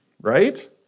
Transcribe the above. right